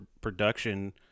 production